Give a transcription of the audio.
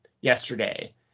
yesterday